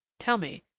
tell me,